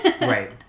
Right